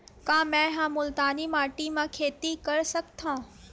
का मै ह मुल्तानी माटी म खेती कर सकथव?